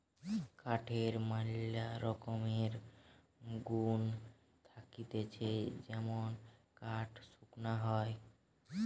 কাঠের ম্যালা রকমের গুন্ থাকতিছে যেমন কাঠ শক্ত হয়